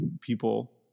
people